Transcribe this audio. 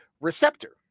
receptor